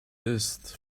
ist